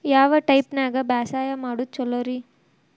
ಯಾವ ಟೈಪ್ ನ್ಯಾಗ ಬ್ಯಾಸಾಯಾ ಮಾಡೊದ್ ಛಲೋರಿ?